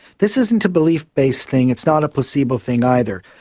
this isn't a belief-based thing, it's not a placebo thing either.